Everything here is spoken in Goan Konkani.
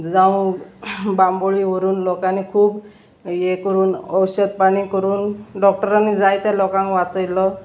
जावं बांबोळी व्हरून लोकांनी खूब हें करून औशध पाणी करून डॉक्टरांनी जायते लोकांक वाचयल्लो